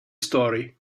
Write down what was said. story